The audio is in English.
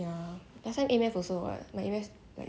last time A math also [what] my A math like